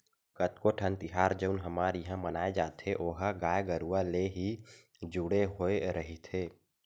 कतको ठन तिहार जउन हमर इहाँ मनाए जाथे ओहा गाय गरुवा ले ही जुड़े होय रहिथे